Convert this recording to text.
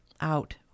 out